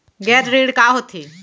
गैर ऋण का होथे?